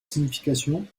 signification